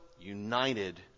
united